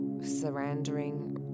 surrendering